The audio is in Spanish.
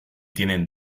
tienen